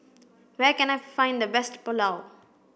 where can I find the best Pulao